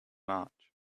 march